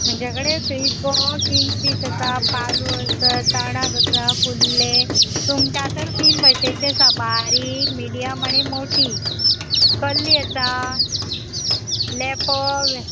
म्हजे कडे फीश गो किंग फीश आसा पालू आसा चणक आसा कुल्ली सुंगटां तर तीन भशेचीं आसा बारीक मिडियम आनी मोटीं कल्ली आसा लेपो